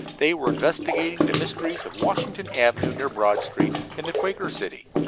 they were investigating the mysteries of washington avenue, near broad street, in the quaker city.